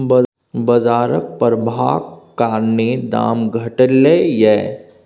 बजारक प्रभाबक कारणेँ दाम घटलै यै